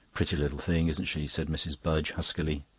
pretty little thing, isn't she? said mrs. budge huskily,